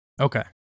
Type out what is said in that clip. Okay